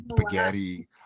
spaghetti